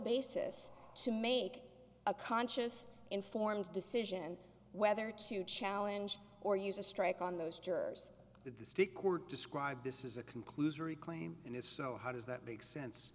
basis to make a conscious informed decision whether to challenge or use a strike on those jurors the district court described this is a conclusion reclaim and if so how does that make sense